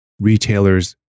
retailer's